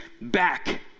back